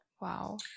Wow